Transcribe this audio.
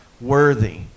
worthy